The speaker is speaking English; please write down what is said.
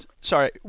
sorry